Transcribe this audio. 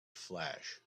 flash